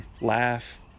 Laugh